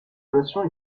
relations